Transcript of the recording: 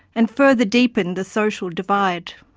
and further deepen the social divide.